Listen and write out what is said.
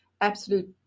absolute